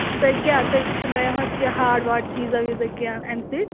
تُہۍ کیٛاہ تُہۍ پھٔٹرٛٲیوا حظ کیٚنٛہہ ہاڈ واڈ چیٖزاہ ویٖزاہ کیٚنٛہہ اَمہِ سۭتۍ